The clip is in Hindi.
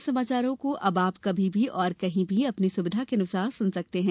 हमारे समाचारों को अब आप कभी भी और कहीं भी अपनी सुविधा के अनुसार सुन सकते हैं